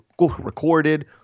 recorded